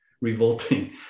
revolting